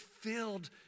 filled